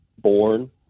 born